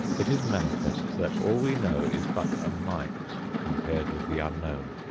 it is manifest that all we know is but a mite compared with the unknown,